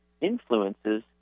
influences